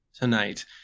tonight